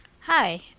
Hi